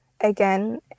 again